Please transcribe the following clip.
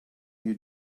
you